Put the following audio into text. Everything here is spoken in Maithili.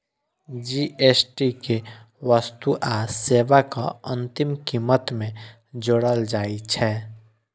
जी.एस.टी कें वस्तु आ सेवाक अंतिम कीमत मे जोड़ल जाइ छै